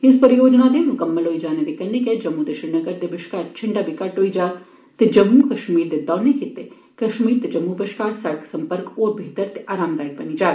इस परियोजना दे मुकम्मल होई जाने दे कन्नै गै जम्मू ते श्रीनगर दे बश्कार छिंडा बी घट्ट हाग ते जम्मू कश्मीर दे दौनें खित्ते कश्मीर ते जम्मू बश्कार सड़क सम्पर्क होर बेहतर ते आरामदायक बी बनी जाग